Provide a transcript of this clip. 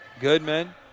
Goodman